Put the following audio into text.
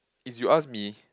is you ask me